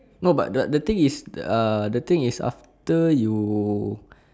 no but the the thing is err the thing is after you